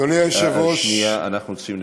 אדוני היושב-ראש, שנייה, אנחנו רוצים לוודא,